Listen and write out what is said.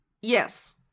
Yes